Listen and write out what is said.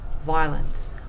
violence